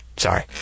Sorry